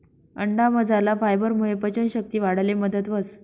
अंडामझरला फायबरमुये पचन शक्ती वाढाले मदत व्हस